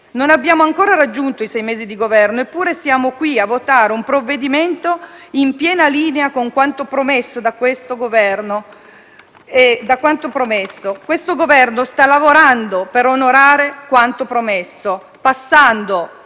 non abbiamo ancora raggiunto i sei mesi di Governo, eppure siamo qui a votare un provvedimento in piena linea con quanto promesso. Questo Governo sta lavorando per onorare quanto promesso, passando